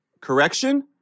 correction